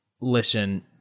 Listen